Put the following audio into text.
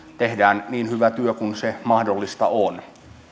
tehdään niin hyvä työ kuin mahdollista on